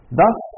thus